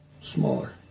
smaller